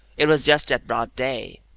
it was just at broad day.